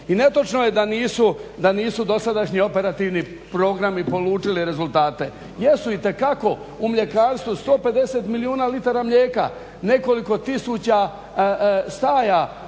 I netočno je da nisu, da nisu dosadašnji operativni programi polučili rezultate. Jesu itekako u mljekarstvu 150 milijuna litara mlijeka, nekoliko tisuća staja